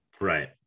Right